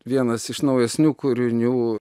vienas iš naujesnių kūrinių